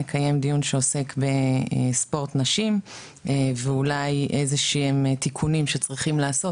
נקיים דיון שעוסק בספורט נשים ואולי איזשהם תיקונים שצריכים לעשות,